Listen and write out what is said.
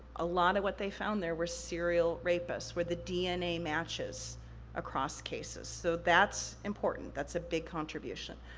a lot of what they found there were serial rapists, where the dna matches across cases. so, that's important, that's a big contribution.